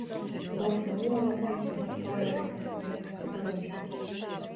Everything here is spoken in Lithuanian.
daug muilo europiečiai vartojo ir ankstyvaisiais viduramžiais